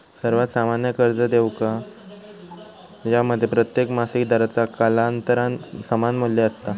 सर्वात सामान्य कर्ज देयका ज्यामध्ये प्रत्येक मासिक दराचा कालांतरान समान मू्ल्य असता